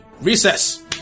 Recess